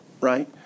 right